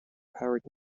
powered